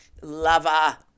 lover